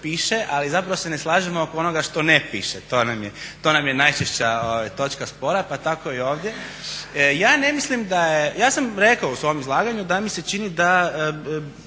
ali zapravo se ne slažemo oko onoga što ne piše. To nam je najčešća točka spora, pa tako i ovdje. Ja ne mislim da je, ja sam rekao u svom izlaganju da mi se čini da